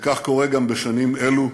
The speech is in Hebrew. וכך קורה גם בשנים אלו,